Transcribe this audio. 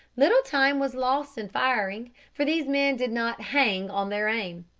little time was lost in firing, for these men did not hang on their aim.